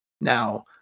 Now